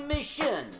Mission